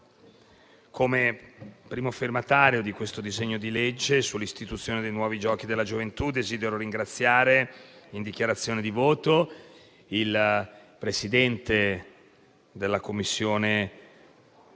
come primo firmatario di questo disegno di legge sull'istituzione dei Nuovi giochi della gioventù, desidero ringraziare, in fase di dichiarazione di voto, il Presidente della Commissione